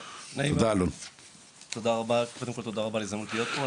קודם כל תודה רבה על ההזדמנות להיות פה.